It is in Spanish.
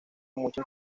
mucha